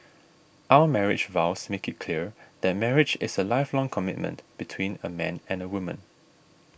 our marriage vows make it clear that marriage is a lifelong commitment between a man and woman